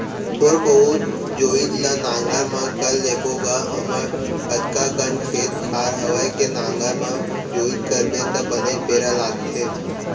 थोर बहुत जोइत ल नांगर म कर लेबो गा हमर अतका कन खेत खार हवय के नांगर म जोइत करबे त बनेच बेरा लागथे